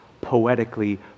poetically